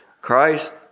Christ